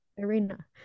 arena